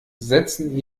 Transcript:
setzen